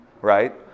right